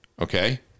Okay